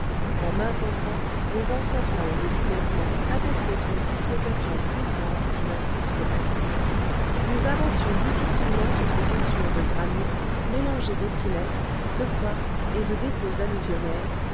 en maint endroit des enfoncements ou des soulèvements attestaient une dislocation puissante du massif terrestre nous avancions difficilement sur ces cassures de granit mélangées de silex de quartz et de dépôts